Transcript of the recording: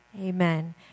Amen